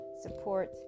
support